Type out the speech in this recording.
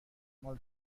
مال